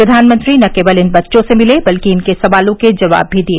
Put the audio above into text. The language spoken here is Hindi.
प्रधानमंत्री न केवल इन बच्चों से मिले बल्कि इनके सवालों के जवाब भी दिए